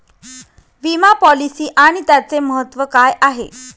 विमा पॉलिसी आणि त्याचे महत्व काय आहे?